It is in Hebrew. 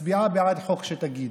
מצביעה בעד חוק שתגיד,